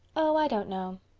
oh, i don't know.